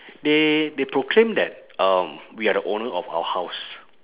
they they proclaim that um we are the owner of our house